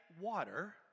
water